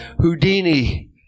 Houdini